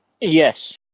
Yes